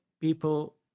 people